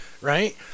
right